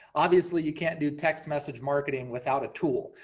obviously, you can't do text message marketing without a tool,